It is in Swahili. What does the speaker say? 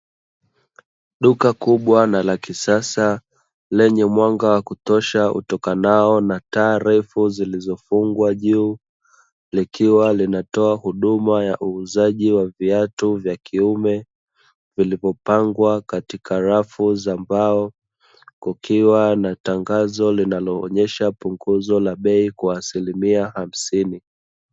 Duka kubwa na la kisasa lenye mwanga wa kutosha utokanao na taa refu zilizofungwa juu likiwa linatoa huduma ya uuzaji wa viatu vya kiume vilivyopangwa katika rafu za mbao, kukiwa na tangazo linaloonyesha punguzo la bei kwa asilimia hamsini.